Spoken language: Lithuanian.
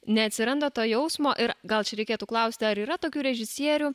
neatsiranda to jausmo ir gal čia reikėtų klausti ar yra tokių režisierių